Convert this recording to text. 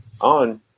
on